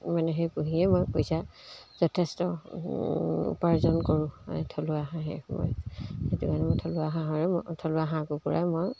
মানে সেই পুহিয়ে মই পইচা যথেষ্ট উপাৰ্জন কৰোঁ থলুৱা হাঁহে মই সেইটো কাৰণে মই থলুৱা হাঁহৰে ম থলুৱা হাঁহ কুকুৰাই মই